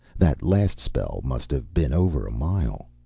that last spell must have been over a mile.